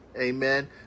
Amen